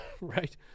right